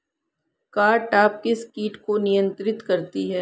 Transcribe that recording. Cartap किस किट को नियंत्रित करती है?